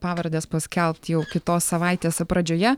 pavardes paskelbt jau kitos savaitės pradžioje